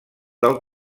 del